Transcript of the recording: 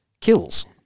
kills